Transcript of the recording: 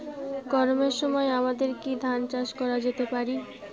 গরমের সময় আমাদের কি ধান চাষ করা যেতে পারি?